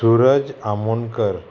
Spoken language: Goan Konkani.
सुरज आमोणकर